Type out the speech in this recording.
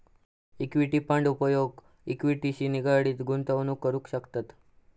equity fund उपयोग इक्विटीशी निगडीत गुंतवणूक करूक करतत